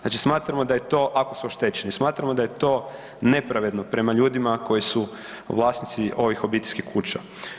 Znači smatramo da je to, ako su oštećeni, smatramo da je to nepravedno prema ljudima koji su vlasnici ovih obiteljskih kuća.